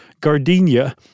gardenia